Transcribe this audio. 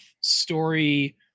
story